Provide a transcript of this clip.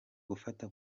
gufata